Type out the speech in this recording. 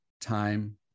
time